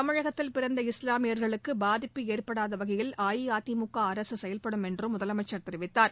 தமிழகத்தில் பிறந்த இஸ்லாமியர்களுக்கு பாதிப்பு ஏற்படாத வகையில் அஇஅதிமுக அரசு செயல்படும் என்றும் முதலமைச்சர் தெரிவித்தார்